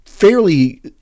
Fairly